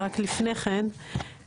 רק לפני כן,